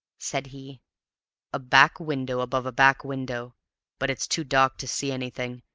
said he a back window above a back window but it's too dark to see anything,